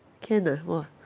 can ah !wah!